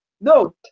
No